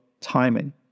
timing